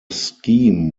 scheme